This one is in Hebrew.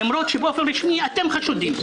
למרות שבאופן רשמי אתם חשודים.